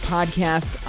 Podcast